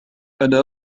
أنا